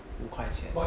五块钱